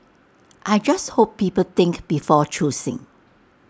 I just hope people think before choosing